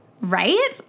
right